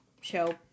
show